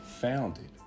founded